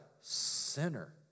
sinner